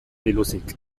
biluzik